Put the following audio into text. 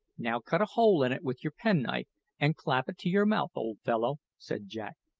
now cut a hole in it with your penknife and clap it to your mouth, old fellow, said jack.